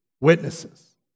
witnesses